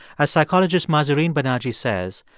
as psychologist mahzarin banaji says,